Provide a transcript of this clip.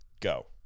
go